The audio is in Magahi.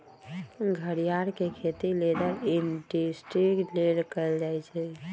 घरियार के खेती लेदर इंडस्ट्री लेल कएल जाइ छइ